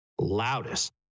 loudest